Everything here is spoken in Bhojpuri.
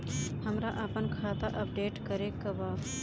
हमरा आपन खाता अपडेट करे के बा